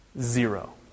Zero